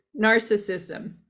narcissism